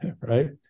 right